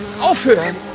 Aufhören